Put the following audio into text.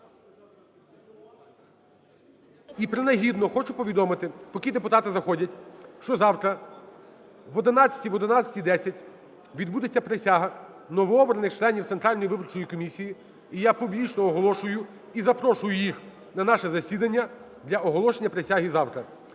І принагідно хочу повідомити, поки депутати заходять, що завтра об 11-11:10 відбудеться присяга новообраних членів Центральної виборчої комісії, і я публічно оголошую і запрошую їх на наше засідання для оголошення присяги завтра.